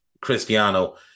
Cristiano